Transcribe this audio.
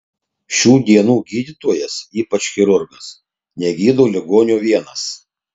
šių dienų gydytojas ypač chirurgas negydo ligonio vienas